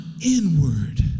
inward